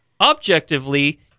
objectively